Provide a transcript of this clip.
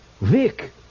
Vic